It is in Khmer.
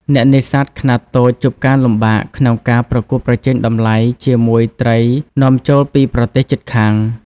អ្នកនេសាទខ្នាតតូចជួបការលំបាកក្នុងការ ប្រកួតប្រជែងតម្លៃ ជាមួយត្រីនាំចូលពីប្រទេសជិតខាង។